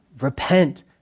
repent